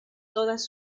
todas